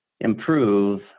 improve